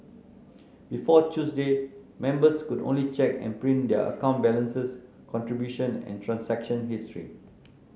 before Tuesday members could only check and print their account balances contribution and transaction history